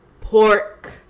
pork